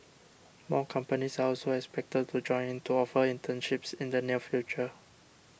more companies are also expected to join in to offer internships in the near future